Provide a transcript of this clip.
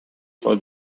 for